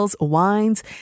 Wines